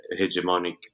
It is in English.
hegemonic